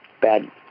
bad